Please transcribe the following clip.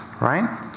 Right